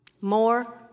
more